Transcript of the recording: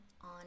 on